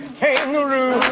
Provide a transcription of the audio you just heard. kangaroo